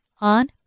on